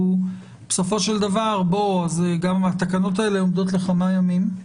בסופו של דבר אז גם התקנות האלה עומדות לכמה ימים.